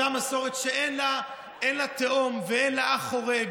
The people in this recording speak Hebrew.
אותה מסורת שאין לה תאום ואין לה אח חורג,